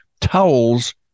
towels